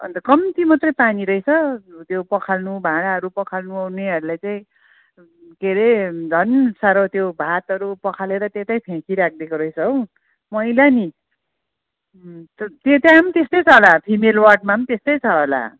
अन्त कम्ती मात्रै पानी रहेछ त्यो पखाल्नु भाँडाहरू पखाल्नु ओर्नेहरूले चाहिँ के अरे झन् सारो त्यो भातहरू पखालेर तेत्यति फ्याँकि राखिदिएको रहेछ हो मैला नि त्यो त्यहाँ पनि त्यस्तै छ होला फिमेल वार्डमा पनि त्यस्तै छ होला